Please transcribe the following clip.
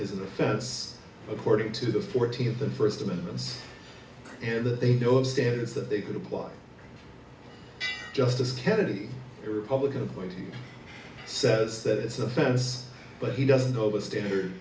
the fence according to the fourteen of the first amendment and that they know of standards that they could apply justice kennedy a republican appointee says that it's offense but he doesn't know the standard